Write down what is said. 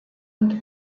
und